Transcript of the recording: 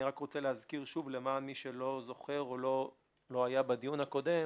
אני רק רוצה להזכיר שוב למען מי שלא זוכר או לא היה בדיון הקודם